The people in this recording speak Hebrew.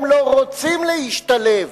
הם לא רוצים להשתלב,